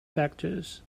factors